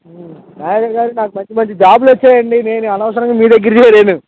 మేనేజర్గారు నాకు మంచి మంచి జాబులొచ్చాయండి నేను అనవసరంగా మీ దగ్గర చేరాను